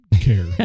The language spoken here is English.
care